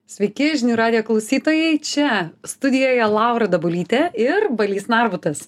sveiki žinių radijo klausytojai čia studijoje laura dabulytė ir balys narbutas